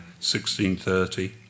1630